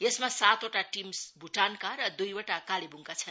यसमा सातवटा टीम भुटानका र दुईवटा कालेबुङ्का छन्